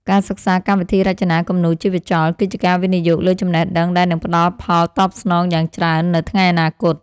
ការសិក្សាកម្មវិធីរចនាគំនូរជីវចលគឺជាការវិនិយោគលើចំណេះដឹងដែលនឹងផ្តល់ផលតបស្នងយ៉ាងច្រើននៅថ្ងៃអនាគត។